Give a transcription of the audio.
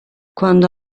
quando